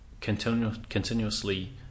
continuously